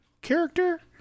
character